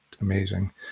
amazing